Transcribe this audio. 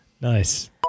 Nice